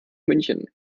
münchen